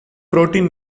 protein